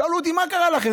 שאלו אותי: מה קרה לכם?